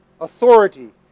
authority